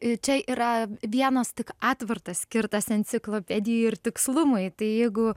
ir čia yra vienos tik atvartas skirtas enciklopedijai ir tikslumui tai jeigu